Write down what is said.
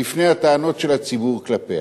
בפני הטענות של הציבור כלפיה.